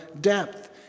depth